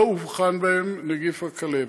לא אובחן בהם נגיף הכלבת.